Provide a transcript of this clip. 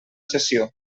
sessió